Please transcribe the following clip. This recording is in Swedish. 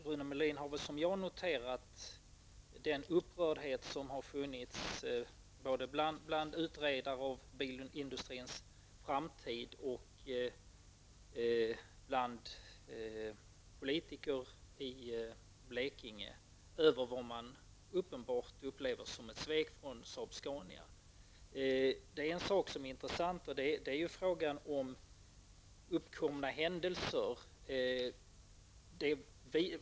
Rune Molin har väl i likhet med mig noterat den upprördhet som har funnits både bland utredare om bilindustrins framtid och hos politiker i Blekinge över vad man uppenbart upplever som ett svek från Saab-Scania. Frågan om uppkomna händelser är intressant.